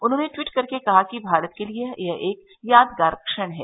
उन्होंने ट्वीट कर कहा है कि भारत के लिए यह एक यादगार क्षण है